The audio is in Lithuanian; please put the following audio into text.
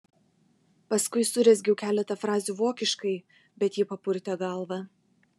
paskui surezgiau keletą frazių vokiškai bet ji papurtė galvą